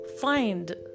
find